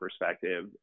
perspective